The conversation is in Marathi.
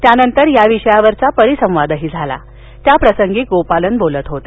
त्यानंतर या विषयावर परिसंवाद झाला त्याप्रसंगी गोपालन बोलत होते